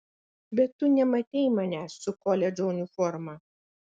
bet tu nematei manęs su koledžo uniforma